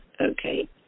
okay